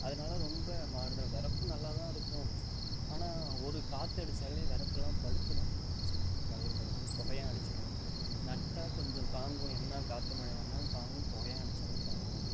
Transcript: அதனால் ரொம்ப மாறுதல் வரப்பு நல்லாதான் இருக்கும் ஆனால் ஒரு காற்றடிச்சாலே வரப்புலாம் படுத்துவிடும் அப்படியே வயப்படுத்து புகையான் அடிச்சுடும் நட்டால் கொஞ்சம் தாங்கும் என்னா காற்று மழையாக இருந்தாலும் தாங்கும் புகையான் அடித்தாலும் தாங்கும்